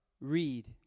read